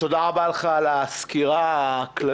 תודה רבה לך על הסקירה הכללית.